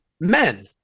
men